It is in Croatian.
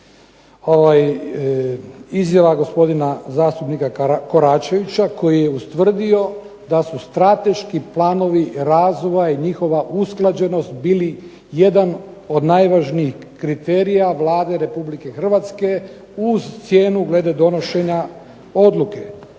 izjava gospodina zastupnika Koračevića koji je ustvrdio da su strateški planovi razvoja i njihova usklađenost bili jedan od najvažnijih kriterija Vlade Republike Hrvatske uz cijenu glede donošenja odluke.